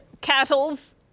cattle's